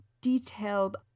detailed